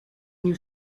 new